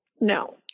No